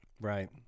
Right